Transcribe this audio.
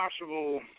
possible